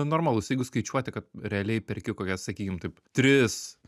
normalus jeigu skaičiuoti kad realiai perki kokias sakykim taip tris